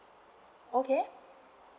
okay